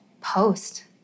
post